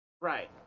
Right